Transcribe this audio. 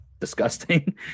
disgusting